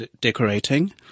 decorating